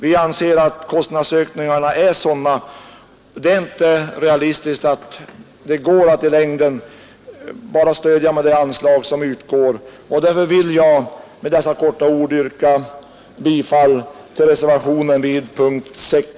Vi anser att kostnadsökningarna är sådana att det inte är realistiskt att tro att det i längden går att bara lämna stöd med det belopp som nu utgår. Med dessa ord vill jag därför helt kort yrka bifall till reservationen vid punkten 6.